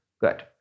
Good